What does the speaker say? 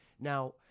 Now